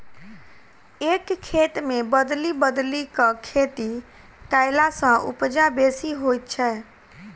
एक खेत मे बदलि बदलि क खेती कयला सॅ उपजा बेसी होइत छै